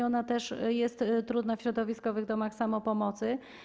Ona też jest trudna w środowiskowych domach samopomocy.